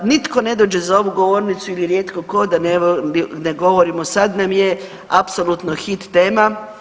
Nitko ne dođe za ovu govornicu ili rijetko tko da ne govorimo, sad nam je apsolutno hit tema.